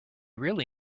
really